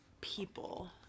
people